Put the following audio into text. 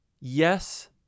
yes